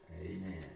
Amen